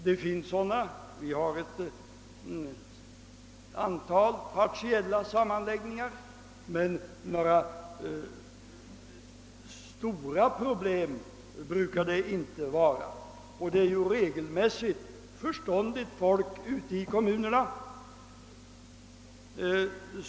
Det finns sådana exempel på partiella sammanläggningar, men några stora problem brukar det inte vara — det är ju i regel förståndigt folk som bestämmer ute i kommunerna.